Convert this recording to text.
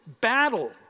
battle